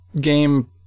game